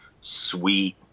sweet